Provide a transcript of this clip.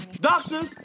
Doctors